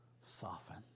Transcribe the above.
soften